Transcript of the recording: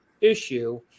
issue